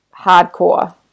hardcore